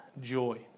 joy